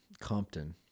Compton